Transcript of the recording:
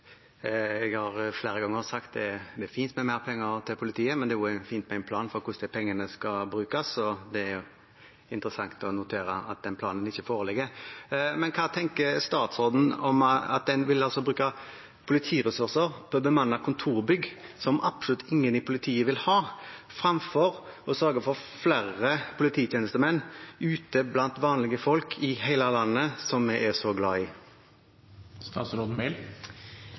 Jeg har flere ganger sagt at det er fint med mer penger til politiet, men det er også fint med en plan for hvordan de pengene skal brukes. Det er interessant å notere at den planen ikke foreligger. Hva tenker statsråden om at man vil bruke politiressurser til å bemanne kontorbygg, som absolutt ingen i politiet vil, framfor å sørge for å ha flere polititjenestemenn ute blant vanlige folk i hele landet som vi er så glad i?